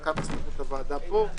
חלקם בסמכות של הוועדה פה,